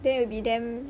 then you will be damn